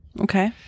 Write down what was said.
okay